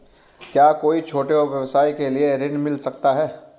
क्या कोई छोटे व्यवसाय के लिए ऋण मिल सकता है?